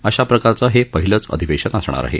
अशा प्रकारचं हे पहिलेच अधिवेशन असणार आहे